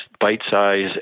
bite-sized